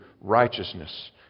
righteousness